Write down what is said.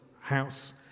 house